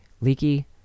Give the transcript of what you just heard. leaky